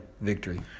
victory